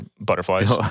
butterflies